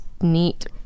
neat